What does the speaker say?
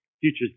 Futures